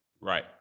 right